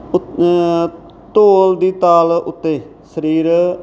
ਢੋਲ ਦੀ ਤਾਲ ਉੱਤੇ ਸਰੀਰ